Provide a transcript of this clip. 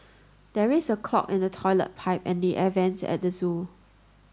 there is a clog in the toilet pipe and the air vents at the zoo